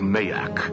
Mayak